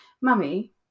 Mummy